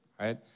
right